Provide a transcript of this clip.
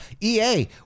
ea